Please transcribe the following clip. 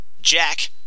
Jack